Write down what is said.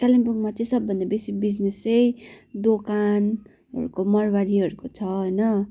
कालिम्पोङमा चाहिँ सबभन्दा बेसी बिजनेस चाहिँ दोकानहरूको मारवाडीहरूको छ होइन